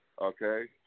Okay